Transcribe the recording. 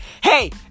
Hey